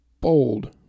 bold